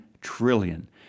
trillion